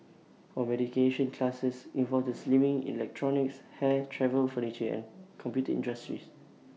mediation cases involved the slimming electronics hair travel furniture and computer industries